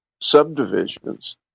subdivisions